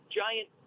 giant